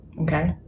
okay